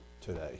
today